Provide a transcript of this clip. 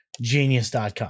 genius.com